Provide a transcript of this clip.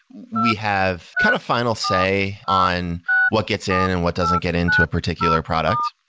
we have kind of final say on what gets in and what doesn't get into a particular product.